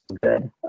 good